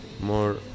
more